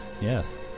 Yes